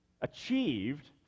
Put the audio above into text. achieved